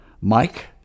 Mike